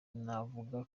navuga